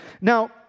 Now